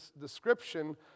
description